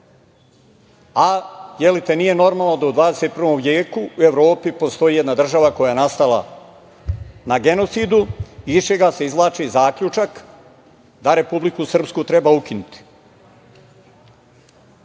A, jelte, nije normalno da u 21. veku u Evropi postoji jedna država koja je nastala na genocidu, iz čega se izvlači zaključak da Republiku Srpsku treba ukinuti. Otud